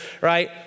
right